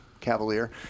Cavalier